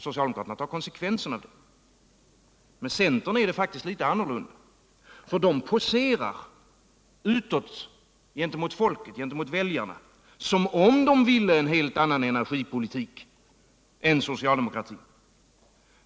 Socialdemokraterna tar konsekvenserna av detta. För centern är det faktiskt litet annorlunda. Centern poserar utåt gentemot folket-väljarna som om partiet ville en helt annan energipolitik än socialdemokratin.